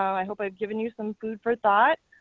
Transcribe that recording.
i hope i've given you some food for thought.